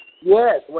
Yes